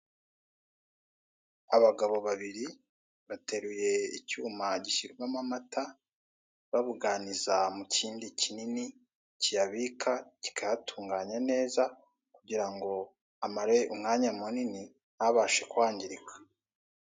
Abagabo babiri bateruye icyuma gushyirwamo amata babuganiza mu kindi kinini kiyabika kikayatunganya neza kugira ngo amare umwanya munini ntabashe kwangirika.